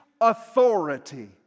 authority